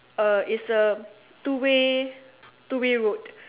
uh it's a two way two way route